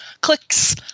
clicks